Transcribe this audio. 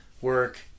work